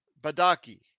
Badaki